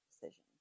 decision